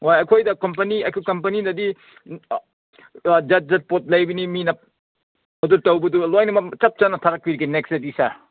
ꯋꯥꯏ ꯑꯩꯈꯣꯏꯗ ꯀꯝꯄꯅꯤ ꯑꯩꯈꯣꯏ ꯀꯝꯄꯅꯤꯗꯗꯤ ꯖꯥꯠ ꯖꯥꯠ ꯄꯣꯠ ꯂꯩꯕꯅꯤ ꯃꯤꯅ ꯑꯗꯨ ꯇꯧꯕꯗꯨ ꯂꯣꯏꯅꯃꯛ ꯆꯞ ꯆꯥꯅ ꯊꯥꯒꯠꯄꯤꯔꯒꯦ ꯅꯦꯛꯁꯇꯗꯤ ꯁꯥꯔ